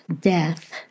Death